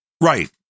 Right